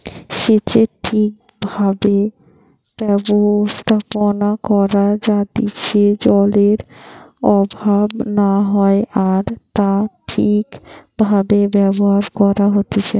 সেচের ঠিক ভাবে ব্যবস্থাপনা করা যাইতে জলের অভাব না হয় আর তা ঠিক ভাবে ব্যবহার করা হতিছে